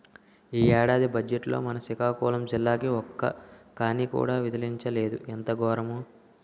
ఈ ఏడాది బజ్జెట్లో మన సికాకులం జిల్లాకి ఒక్క కానీ కూడా విదిలించలేదు ఎంత గోరము